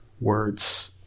words